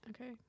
Okay